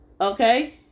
Okay